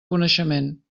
coneixement